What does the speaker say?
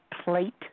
plate